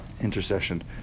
Intercession